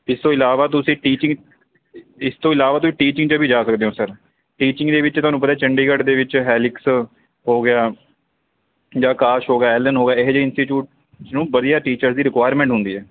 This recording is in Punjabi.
ਇਸ ਤੋਂ ਇਲਾਵਾ ਤੁਸੀਂ ਟੀਚਿੰਗ ਇਸ ਤੋਂ ਇਲਾਵਾ ਤੁਸੀਂ ਟੀਚਿੰਗ 'ਚ ਵੀ ਜਾ ਸਕਦੇ ਹੋ ਸਰ ਟੀਚਿੰਗ ਦੇ ਵਿੱਚ ਤੁਹਾਨੂੰ ਪਤਾ ਚੰਡੀਗੜ੍ਹ ਦੇ ਵਿੱਚ ਹੈਲਿਕਸ ਹੋ ਗਿਆ ਜਾਂ ਆਕਾਸ਼ ਹੋ ਗਿਆ ਐਲਨ ਹੋ ਗਿਆ ਇਹੋ ਜਿਹੇ ਇੰਸਟੀਟਿਊਟ ਨੂੰ ਵਧੀਆ ਟੀਚਰ ਦੀ ਰਿਕੁਾਇਰਮੈਂਟ ਹੁੰਦੀ ਹੈ